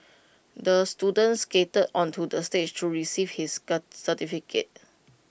the student skated onto the stage to receive his certificate